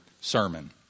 sermon